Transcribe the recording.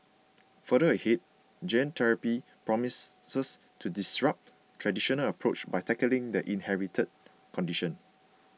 further ahead gene therapy promises to disrupt traditional approach to tackling the inherited condition